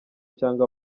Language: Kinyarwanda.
cyangwa